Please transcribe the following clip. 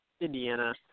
Indiana